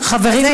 חברים,